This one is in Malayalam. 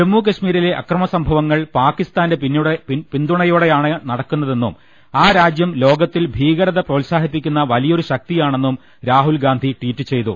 ജമ്മു കശ്മീരിലെ അക്രമ സംഭ വങ്ങൾ പാക്കിസ്ഥാന്റെ പിന്തുണയോടെയാണ് നടക്കു ന്നതെന്നും ആ രാജ്യം ലോകത്തിൽ ഭീകരത പ്രോത്സാ ഹിപ്പിക്കുന്ന വലിയൊരു ശക്തിയാണെന്നും രാഹുൽ ഗാന്ധി ട്വീറ്റ് ചെയ്തു